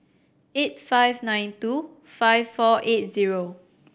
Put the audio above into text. eight five nine two five four eight zero